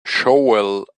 shovel